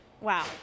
Wow